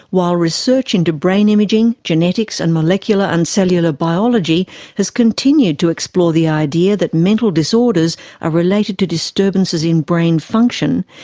while research into brain imaging, genetics, and molecular and cellular biology has continued to explore the idea that mental disorders are related to disturbances in brain function,